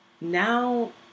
now